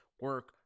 Work